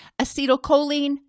Acetylcholine